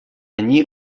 они